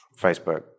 Facebook